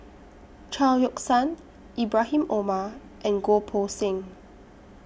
Chao Yoke San Ibrahim Omar and Goh Poh Seng